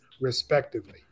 respectively